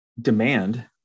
Demand